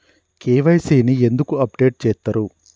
KYC ని ఎందుకు update చేత్తరు?